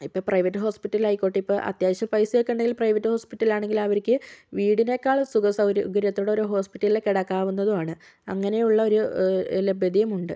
ഇപ്പം private hospital ആയിക്കോട്ടെ ഇപ്പം അത്യാവശ്യം പൈസയൊക്കെ ഉണ്ടെങ്കിൽ പ്രൈവറ്റ് ഹോസ്പിറ്റലിൽ ആണെങ്കിൽ അവർക്ക് വീടിനേക്കാൾ സുഖസൗകര്യത്തിൽ ഉള്ള ഒരു ഹോസ്പിറ്റലിൽ കിടക്കാവുന്നതുമാണ് അങ്ങനെയുള്ള ഒരു ലഭ്യതയും ഉണ്ട്